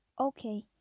Okay